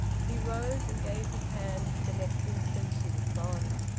he rose and gave his hand. the next instant she was gone.